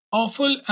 awful